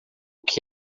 que